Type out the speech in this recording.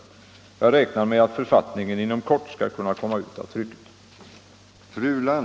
Jag räknar med att författningen inom kort skall kunna komma ut av trycket.